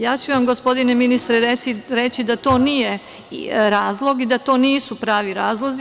Ja ću vam gospodine ministre reći da to nije razlog, da to nisu pravi razlozi.